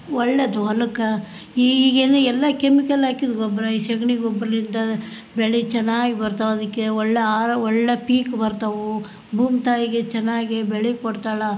ಒಳ್ಳೆದು ಹೊಲಕ್ಕೆ ಈ ಈಗೇನು ಎಲ್ಲ ಕೆಮಿಕಲ್ ಹಾಕಿದ್ ಗೊಬ್ಬರ ಈ ಸಗ್ಣಿ ಗೊಬ್ಬರಲಿಂದ ಬೆಳೆ ಚೆನ್ನಾಗಿ ಬರ್ತವೆ ಅದಕ್ಕೆ ಒಳ್ಳೆ ಆಹಾರ ಒಳ್ಳೆ ಪೀಕ್ ಬರ್ತವೆ ಭೂಮಿ ತಾಯಿಗೆ ಚೆನ್ನಾಗಿ ಬೆಳೆ ಕೊಡ್ತಾಳೆ